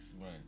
right